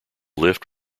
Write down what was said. lift